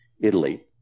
Italy